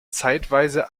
zeitweise